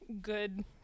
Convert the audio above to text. good